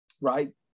right